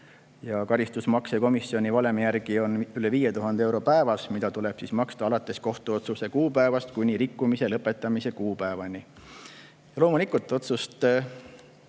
Karistusmakse on komisjoni valemi järgi üle 5000 euro päevas, mida tuleb maksta alates kohtuotsuse kuupäevast kuni rikkumise lõpetamise kuupäevani. Loomulikult,